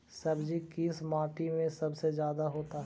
सब्जी किस माटी में सबसे ज्यादा होता है?